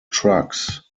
trucks